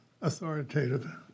authoritative